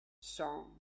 song